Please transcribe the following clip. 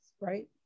right